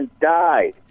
died